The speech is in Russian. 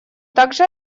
также